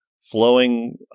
flowing